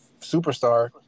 superstar